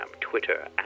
Twitter